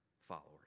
followers